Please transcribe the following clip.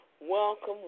Welcome